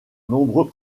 nombreux